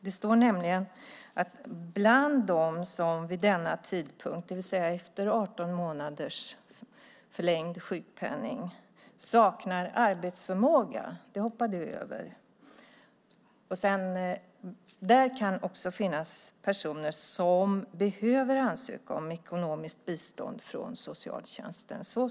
Det står nämligen: "Bland de som vid denna tidpunkt" det vill säga efter 18 månaders förlängd sjukpenning "saknar arbetsförmåga" - det hoppade du över - "kan även finnas personer som behöver ansöka om ekonomiskt bistånd från socialtjänsten."